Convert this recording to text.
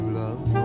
love